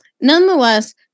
Nonetheless